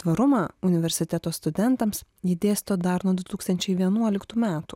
tvarumą universiteto studentams ji dėsto dar nuo du tūkstančiai vienuoliktų metų